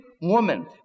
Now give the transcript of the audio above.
woman